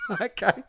Okay